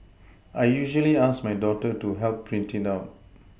I usually ask my daughter to help print it out